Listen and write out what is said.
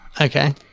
Okay